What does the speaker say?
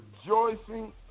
rejoicing